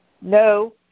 no